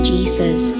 Jesus